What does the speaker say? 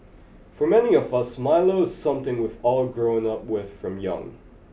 for many of us Milo is something we've all grown up with from young